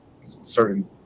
certain